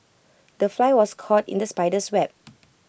the fly was caught in the spider's web